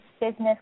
business